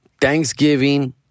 Thanksgiving